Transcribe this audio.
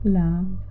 love